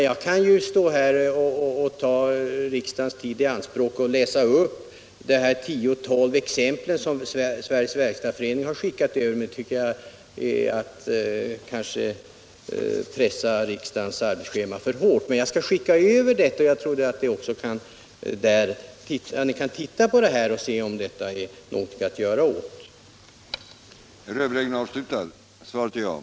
Jag kan naturligtvis ta riksdagens tid i anspråk med att läsa upp de tio å tolv exempel som Sveriges verkstadsförening har skickat över en förteckning på, men det vore kanske att pressa riksdagens arbetsschema för hårt. Jag skall skicka över förteckningen till departementet, så att ni kan titta på den och se om detta är någonting som man kan göra något åt.